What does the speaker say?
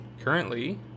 Currently